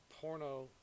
porno